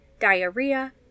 diarrhea